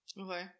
Okay